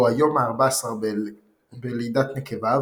או היום הארבעה-עשר בלידת נקבה,